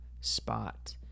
spot